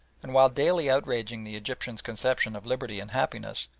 and while daily outraging the egyptians' conception of liberty and happiness,